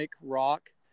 rock